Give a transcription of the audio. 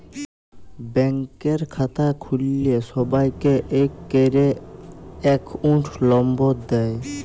ব্যাংকের খাতা খুল্ল্যে সবাইকে ইক ক্যরে একউন্ট লম্বর দেয়